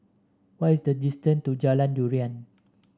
what is the distance to Jalan Durian